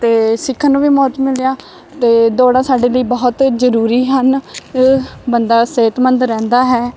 ਅਤੇ ਸਿੱਖਣ ਨੂੰ ਵੀ ਬਹੁਤ ਮਿਲਿਆ ਅਤੇ ਦੌੜਾਂ ਸਾਡੇ ਲਈ ਬਹੁਤ ਜ਼ਰੂਰੀ ਹਨ ਬੰਦਾ ਸਿਹਤਮੰਦ ਰਹਿੰਦਾ ਹੈ